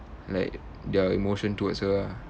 like their emotion towards her ah